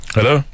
Hello